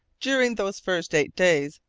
during those first eight days,